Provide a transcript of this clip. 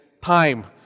time